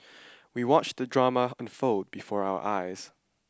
we watched the drama unfold before our eyes